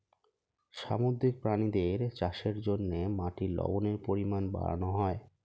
সামুদ্রিক প্রাণীদের চাষের জন্যে মাটির লবণের পরিমাণ বাড়ানো হয়